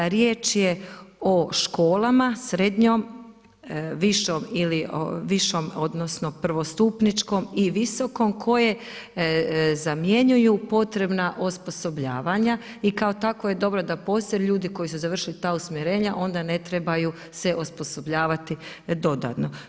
Riječ je o školama, srednjoj, višom odnosno prvostupničkom i visokom koje zamjenjuju potrebna osposobljavanja i kao takva je dobro da postoje, jer ljudi koji su završili ta usmjerenja onda ne trebaju se osposobljavati dodatno.